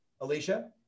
Alicia